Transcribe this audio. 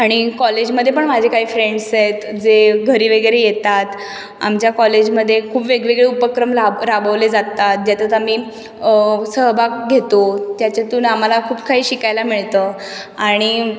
आणि कॉलेजमध्ये पण माझे काही फ्रेंड्स आहेत जे घरी वगैरे येतात आमच्या कॉलेजमध्ये खूप वेगवेगळे उपक्रम लाब राबवले जातात ज्याच्यात आम्ही सहभाग घेतो त्याच्यातून आम्हाला खूप काही शिकायला मिळतं आणि